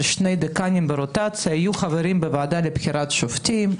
שני דיקנים ברוטציה - חברים בוועדה לבחירת שופטים.